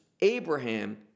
abraham